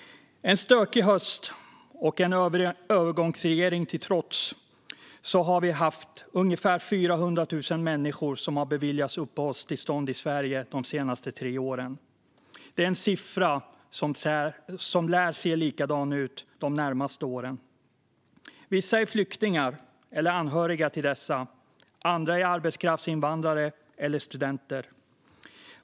En stökig höst och en övergångsregering till trots har ungefär 400 000 människor beviljats uppehållstillstånd i Sverige de senaste tre åren. Det är en siffra som lär se likadan ut de närmaste åren. Vissa av de här människorna är flyktingar eller anhöriga till dessa, och andra är arbetskraftsinvandrare eller studenter.